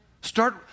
Start